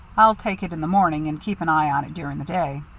i'll take it in the morning and keep an eye on it during the day.